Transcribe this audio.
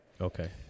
Okay